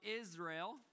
Israel